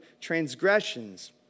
transgressions